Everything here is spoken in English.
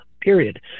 period